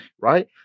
Right